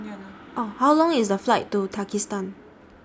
How Long IS The Flight to Tajikistan